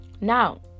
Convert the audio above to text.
Now